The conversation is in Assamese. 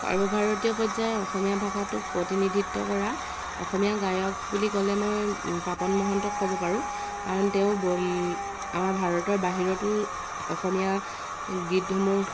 সৰ্বভাৰতীয় পৰ্যায়ত অসমীয়া ভাষাটোক প্ৰতিনিধিত্ব কৰা অসমীয়া গায়ক বুলি ক'লে মই পাপন মহন্তক ক'ব পাৰোঁ কাৰণ তেওঁ আমাৰ ভাৰতৰ বাহিৰতো অসমীয়া গীতসমূহ